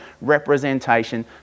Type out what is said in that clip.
representation